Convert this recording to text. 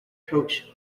coach